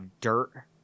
dirt